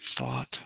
thought